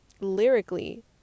lyrically